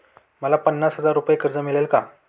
मला पन्नास हजार रुपये कर्ज मिळेल का?